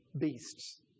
beasts